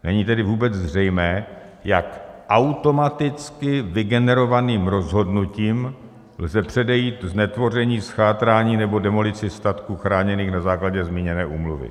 Není tedy vůbec zřejmé, jak automaticky vygenerovaným rozhodnutím lze předejít znetvoření, zchátrání nebo demolici statků chráněných na základě zmíněné úmluvy.